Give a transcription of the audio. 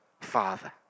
Father